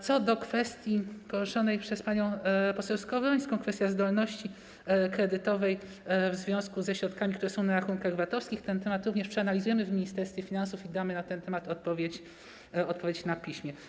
Co do kwestii poruszonej przez panią poseł Skowrońską, kwestii zdolności kredytowej w związku z środkami, które są na rachunkach VAT-owskich - ten temat również przeanalizujemy w Ministerstwie Finansów i damy odpowiedź na piśmie.